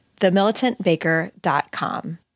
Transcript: TheMilitantBaker.com